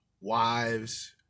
wives